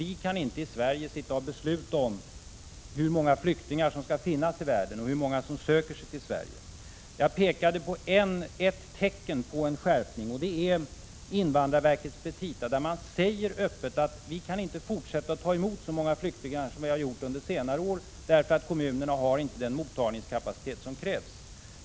Vi kan inte här i Sverige sitta och besluta om hur många flyktingar som skall finnas i världen och om hur många som kommer att söka sig till Sverige. Jag pekade på ett tecken på en skärpning. Det är invandrarverkets petita, där man öppet säger att vi inte kan fortsätta att ta emot så många flyktingar som vi har gjort under senare år, därför att kommunerna inte har den mottagningskapacitet som krävs.